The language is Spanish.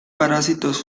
parásitos